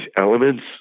elements